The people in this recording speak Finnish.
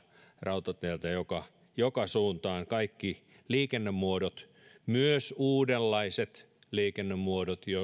rautateiltä joka joka suuntaan kaikki liikennemuodot myös uudenlaiset liikennemuodot